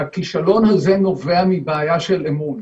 והכישלון הזה נובע מבעיה של אמון.